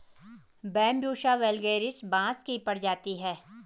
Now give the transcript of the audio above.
Bambusa vulgaris बाँस की प्रजाति है